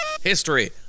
history